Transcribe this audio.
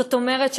זאת אומרת,